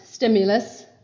stimulus